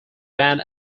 band